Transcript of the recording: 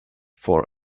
for